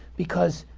because